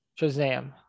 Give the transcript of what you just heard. Shazam